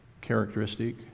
characteristic